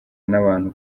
n’abantu